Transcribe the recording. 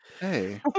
Hey